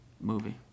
movie